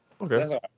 Okay